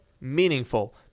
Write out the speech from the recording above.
meaningful